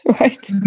Right